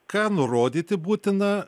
ką nurodyti būtina